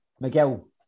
Miguel